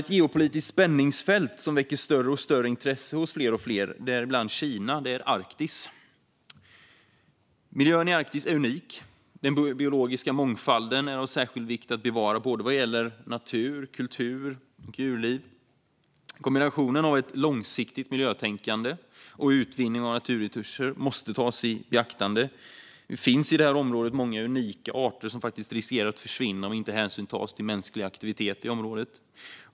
Ett geopolitiskt spänningsfält som väcker allt större intresse hos fler och fler, däribland Kina, är Arktis. Miljön i Arktis är unik. Den biologiska mångfalden är av särskild vikt att bevara vad gäller natur, kultur och djurliv. Kombinationen av ett långsiktigt miljötänkande och utvinning av naturresurser måste tas i beaktande. Det finns i det här området många unika arter som faktiskt riskerar att försvinna om inte hänsyn tas till mänsklig aktivitet i området.